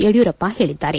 ಯಡಿಯೂರಪ್ಪ ಹೇಳಿದ್ದಾರೆ